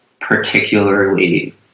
particularly